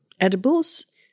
edibles